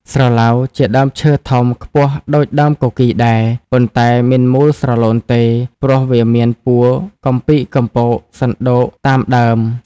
ស្រឡៅជាដើមឈើធំខ្ពស់ដូចដើមគគីរដែរ ប៉ុន្តែមិនមូលស្រលូនទេ ព្រោះវាមានពួរកំពីកកំពកសណ្តូកតាមដើម។